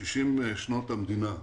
60 שנות המדינה.